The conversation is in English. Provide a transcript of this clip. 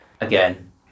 again